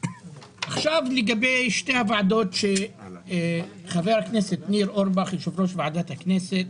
לגבי שתי העמותות שהציג יושב-ראש ועדת הכנסת,